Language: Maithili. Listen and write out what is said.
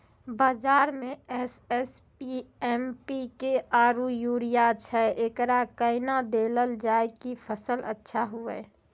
बाजार मे एस.एस.पी, एम.पी.के आरु यूरिया छैय, एकरा कैना देलल जाय कि फसल अच्छा हुये?